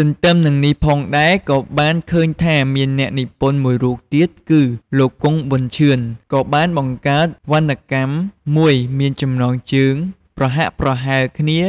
ទន្ទឹមនឹងនេះផងដែរ ក៏បានឃើញថាមានអ្នកនិពន្ធមួយរូបទៀតគឺ លោក គង្គ ប៊ុនឈឿន ក៏បានបង្កើតវណ្ណកម្មមួយមានចំណងជើងប្រហាក់ប្រហែលគ្នា